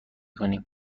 کنیم